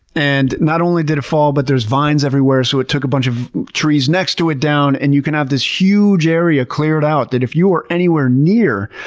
and not only did it fall, but there's vines everywhere, so it took a bunch of trees next to it down. and you can have this huge area cleared out that if you are anywhere near,